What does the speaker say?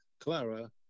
Clara